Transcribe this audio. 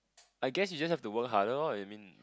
I guess you just have to work harder lor I mean